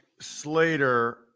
Slater